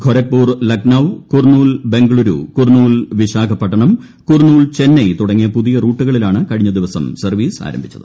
ഗൊരഖ്പൂർ ലക്നൌ കുർണൂൽ ബംഗളൂരു ക്കുർണൂൽ വിശാഖപട്ടണം കൂർണൂൽ ചെന്നൈ തുടങ്ങിയ പുതിയു മൂട്ടുകളിലാണ് കഴിഞ്ഞ ദിവസം സർവ്വീസ് ആരംഭിച്ചത്